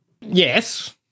Yes